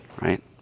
right